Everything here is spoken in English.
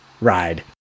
ride